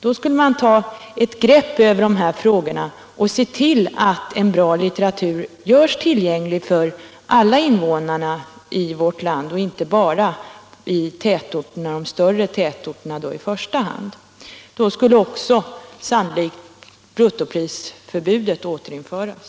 Då skulle man ta ett grepp över dessa frågor och se till att bra litteratur görs tillgänglig för alla invånare i vårt land och inte bara för i första hand dem som bor i de större tätorterna. Då skulle sannolikt också de fasta bokpriserna återinföras.